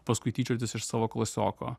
paskui tyčiotis iš savo klasioko